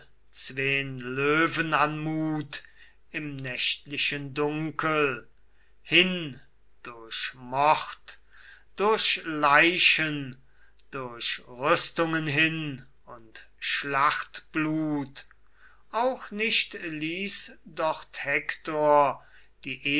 zween löwen an mut im nächtlichen dunkel hin durch mord durch leichen durch rüstungen hin und schlachtblut auch nicht ließ dort hektor die